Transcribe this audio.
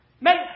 Make